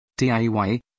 DIY